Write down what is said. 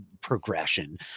progression